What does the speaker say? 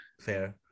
Fair